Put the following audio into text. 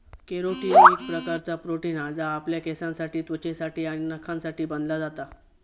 carotene एक प्रकारचा protein हा जा आपल्या केसांसाठी त्वचेसाठी आणि नखांसाठी बनला जाता